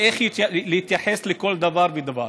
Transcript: ואיך להתייחס לכל דבר ודבר.